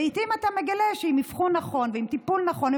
לעיתים אתה מגלה שעם אבחון נכון ועם טיפול נכון,